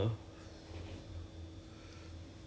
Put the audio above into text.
actually last month I just did a sim with him